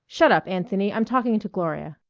shut up, anthony, i'm talking to gloria.